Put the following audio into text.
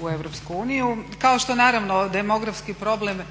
u EU, kao što naravno demografski problem